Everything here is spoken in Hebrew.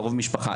הקרוב משפחה,